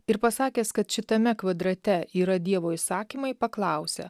ir pasakęs kad šitame kvadrate yra dievo įsakymai paklausė